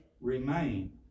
remain